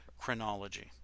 chronology